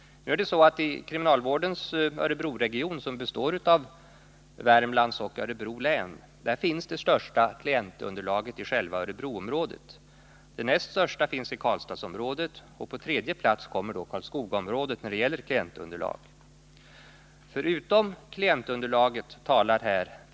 I kriminalvårdens Örebroregion, som består av Värmlands och Örebro län, finns det största klientunderlaget i Örebroområdet och det näst största i Karlstadsområdet. På tredje plats kommer Karlskogaområdet när det gäller klientunderlaget.